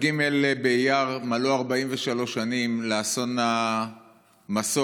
בכ"ג באייר, מלאו 43 שנים לאסון המסוק,